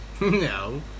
No